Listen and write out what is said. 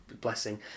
blessing